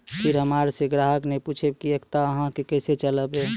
फिर हमारा से ग्राहक ने पुछेब की एकता अहाँ के केसे चलबै?